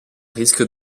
risque